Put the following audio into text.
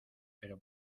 pero